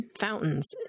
fountains